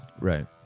Right